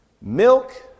milk